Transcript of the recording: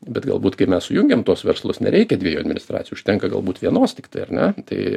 bet galbūt kai mes sujungiam tuos verslus nereikia dviejų administracijų užtenka galbūt vienos tiktai ar ne tai